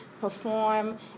perform